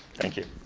thank you.